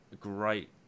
Great